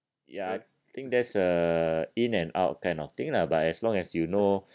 ya I think that's a in and out kind of thing lah but as long as you know